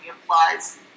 implies